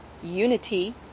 unity